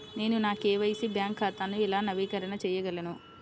నేను నా KYC bank ఖాతాను ఎలా నవీకరణ చేయగలను?